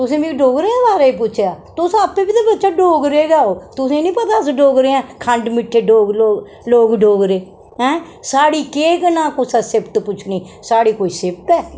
तुसें मी डोगरें बारे च पुच्छेआ तुस आपूं बी ते बच्चा डोगरे गै ओ तुसें एह् नेईं पता अस डोगरें आं खंड मिट्ठे लोक डोगरे आं साढ़ी केह् भला कुसै ने सिफत पुच्छनी साढ़ी कोई सिफत ऐ